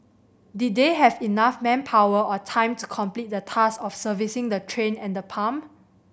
did they have enough manpower or time to complete the task of servicing the train and the pump